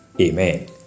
amen